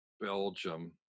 belgium